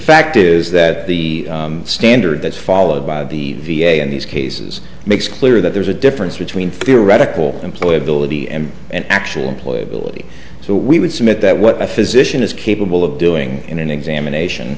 fact is that the standard that's followed by the v a in these cases makes clear that there's a difference between theoretical employability and an actual employee ability so we would submit that what a physician is capable of doing in an examination